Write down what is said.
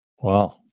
Wow